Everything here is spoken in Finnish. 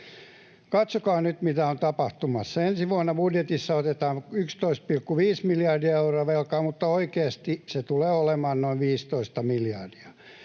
Katsokaa nyt, mitä on tapahtumassa. Ensi vuonna budjetissa otetaan 11,5 miljardia euroa velkaa, mutta oikeasti se tulee olemaan noin 15 miljardia.